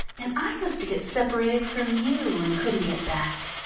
and i was to get separated from you and couldn't get back?